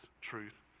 truth